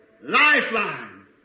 lifeline